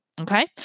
Okay